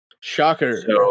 Shocker